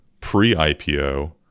pre-IPO